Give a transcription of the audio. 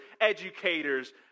educators